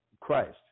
Christ